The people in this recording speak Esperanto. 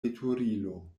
veturilo